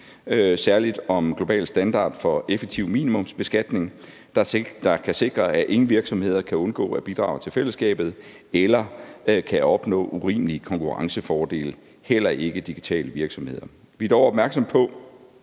særlig om globale standarder for effektiv minimumsbeskatning, der kan sikre, at ingen virksomheder kan undgå at bidrage til fællesskabet eller kan opnå urimelige konkurrencefordele – heller ikke digitale virksomheder. Vi er dog opmærksom på,